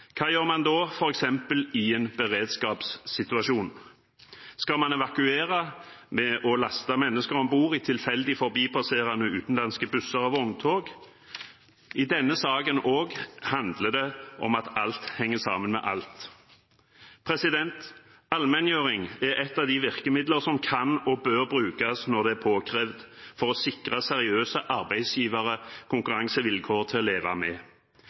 Hva gjør man da i f.eks. en beredskapssituasjon? Skal man evakuere ved å laste mennesker om bord i tilfeldig forbipasserende utenlandske busser og vogntog? Også i denne saken handler det om at alt henger sammen med alt. Allmenngjøring er ett av de virkemidler som kan og bør brukes når det er påkrevd, for å sikre seriøse arbeidsgivere konkurransevilkår til å leve med